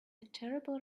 terrible